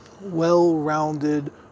well-rounded